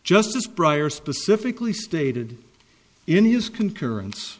justice briar specifically stated in his concurrence